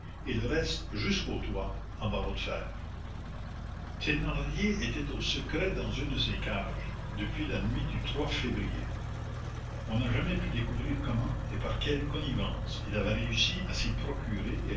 et le reste jusqu'au toit en barreaux de fer thénardier était au secret dans une de ces cages depuis la nuit du février on n'a jamais pu découvrir comment et par quelle connivence il avait réussi à s'y procurer